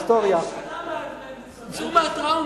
עברו 200 שנה מאז מנדלסון, צאו מהטראומה.